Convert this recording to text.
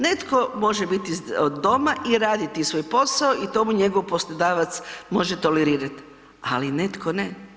Netko može biti od doma i raditi svoj posao i to mu njegov poslodavac može tolerirat, ali netko ne.